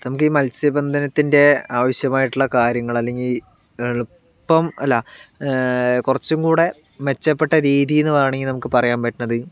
നമുക്ക് ഈ മത്സ്യ ബന്ധനത്തിൻ്റെ ആവശ്യമായിട്ടുള്ള കാര്യങ്ങൾ അല്ലെങ്കിൽ എളുപ്പം അല്ല കുറച്ചും കൂടെ മെച്ചപ്പെട്ട രീതിയെന്ന് വേണമെങ്കിൽ നമുക്ക് പറയാൻ പറ്റുന്നത്